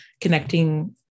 connecting